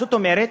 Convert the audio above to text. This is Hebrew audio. זאת אומרת,